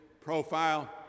profile